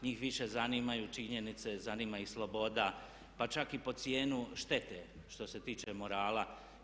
Njih više zanimaju činjenice, zanima ih sloboda pa čak i pod cijenu štete što se tiče morala.